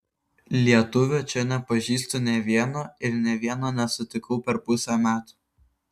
lietuvio čia nepažįstu nė vieno ir nė vieno nesutikau per pusę metų